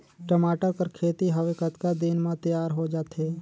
टमाटर कर खेती हवे कतका दिन म तियार हो जाथे?